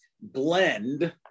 blend